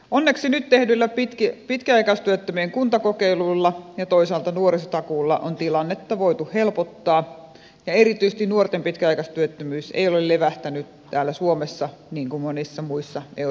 onneksi nyt tehdyillä pitkäaikaistyöttömien kuntakokeiluilla ja toisaalta nuorisotakuulla on tilannetta voitu helpottaa ja erityisesti nuorten pitkäaikaistyöttömyys ei ole levähtänyt täällä suomessa niin kuin monissa muissa euroopan maissa